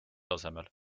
tasemel